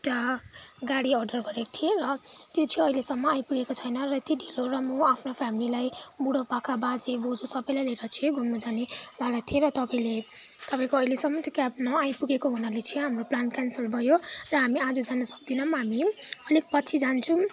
एउटा गाडी अर्डर गरेको थिएँ र त्यो चाहिँ अहिलेसम्म आइपुगेको छैन र यति ढिलो र म आफ्नो फ्यामिलीलाई बुढो पाका बाजे बोज्यू सबैलाई लिएर चाहिँ घुम्न जानेवाला थिएँ र तपाईँले तपाईँको अहिलेसमन त्यो क्याब नआइपुगेको हुनाले चाहिँ हाम्रो प्लान क्यान्सल भयो र हामी आज जान सक्दैनौँ र हामी अलिक पछि जान्छौँ